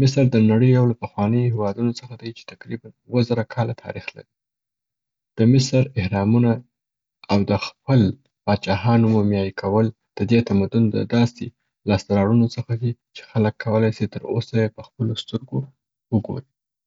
مصر د نړۍ یو له پخوانیو هیوادونو څخه دی چې تقریباً اووه زره کاله تاریخ لري. د مصر احرامونه او د خپل پاچهانو مومیايي کول د دې تمدون د داسي لاسته راوړنو څخه دي چې خلګ کولای سي تر اوسه یې په خپلو سترګو وګوري.